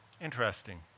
Interesting